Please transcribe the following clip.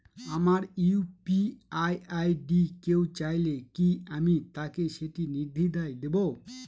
আমার UPI ID কেউ চাইলে কি আমি তাকে সেটি নির্দ্বিধায় দেব?